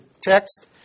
text